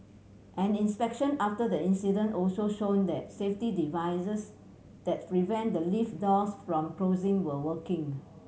an inspection after the incident also shown that safety devices that prevent the lift doors from closing were working